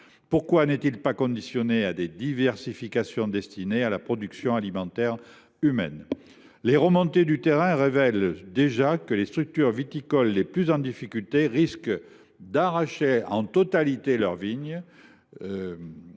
outre, n’est il pas conditionné à des usages de diversification destinés à la production alimentaire humaine ? Les remontées de terrain révèlent déjà que les structures viticoles les plus en difficulté risquent de devoir arracher la totalité de leurs vignes